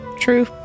true